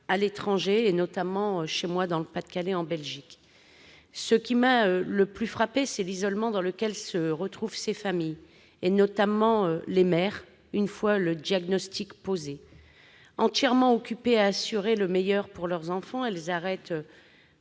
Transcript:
à l'étranger. Chez moi, dans le Pas-de-Calais, les parents se rendent en Belgique. Ce qui m'a le plus frappée, c'est l'isolement dans lequel se retrouvent ces familles, notamment les mères, une fois le diagnostic posé. Entièrement occupées à assurer le meilleur pour leurs enfants, elles arrêtent